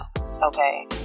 okay